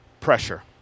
pressure